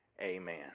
amen